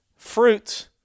Fruits